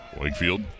Wakefield